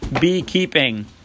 beekeeping